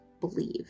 believe